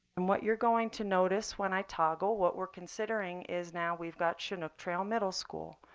and what you're going to notice when i toggle, what we're considering is now we've got chinook trail middle school.